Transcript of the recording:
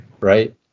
right